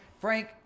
Frank